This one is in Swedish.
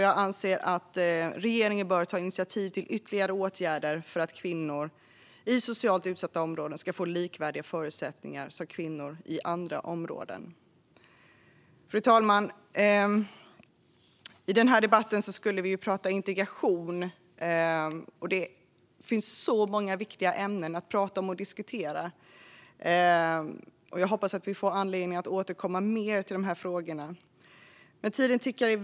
Jag anser därför att regeringen bör ta initiativ till ytterligare åtgärder för att kvinnor i socialt utsatta områden ska få likvärdiga förutsättningar som kvinnor i andra områden har. Fru talman! I debatten skulle vi prata om integration. Det finns så många viktiga ämnen att prata om och diskutera. Jag hoppas att vi får anledning att återkomma till frågorna. Men tiden går.